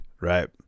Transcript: right